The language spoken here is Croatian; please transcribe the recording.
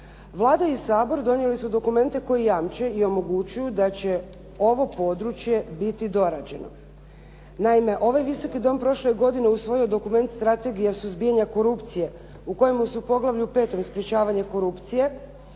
Vlada i Sabor donijeli su dokumente koji jamče i omogućuju da će ovo područje biti dorađeno. Naime, ovaj Visoki dom prošle godine usvojio je dokument Strategije o suzbijanju korupcije u kojem su poglavlju 5. – Sprečavanje korupcije,